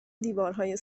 دیوارهای